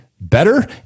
better